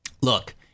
Look